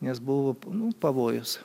nes buvo nu pavojus